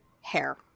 hair